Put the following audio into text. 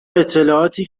اطلاعاتی